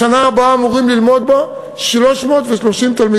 בשנה הבאה אמורים ללמוד בו 330 תלמידים,